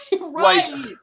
right